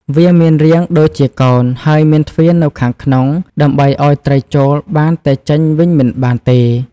វាមានរាងដូចជាកោណហើយមានទ្វារនៅខាងក្នុងដើម្បីឲ្យត្រីចូលបានតែចេញវិញមិនបានទេ។